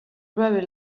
very